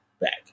back